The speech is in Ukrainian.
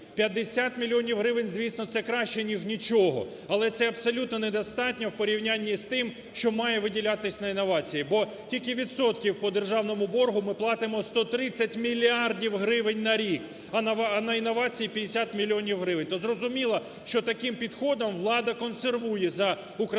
50 мільйонів гривень, звісно, це краще, ніж нічого, але це абсолютно недостатньо в порівнянні з тим, що має виділятись на інновації, бо тільки відсотків по державному боргу ми платимо 130 мільярдів гривень на рік, а на інновації 50 мільйонів гривень. То зрозуміло, що таким підходом влада консервує за Україною